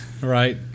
Right